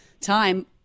time